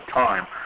time